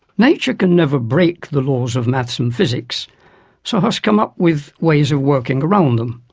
nature can never break the laws of maths and physics so has come up with ways of working around them,